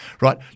right